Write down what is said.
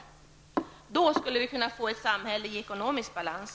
Om vi gör detta, skulle vi kunna få ett samhälle i ekonomisk balans.